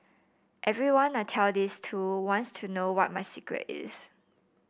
everyone I tell this to wants to know what my secret is